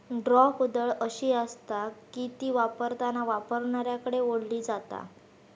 draw कुदळ अशी आसता की ती वापरताना वापरणाऱ्याकडे ओढली जाता